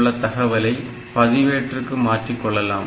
உள்ள தகவலை பதிவேட்டிற்கு மாற்றிக்கொள்ளலாம்